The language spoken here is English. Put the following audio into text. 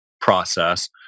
process